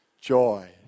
joy